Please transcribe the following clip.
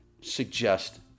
suggest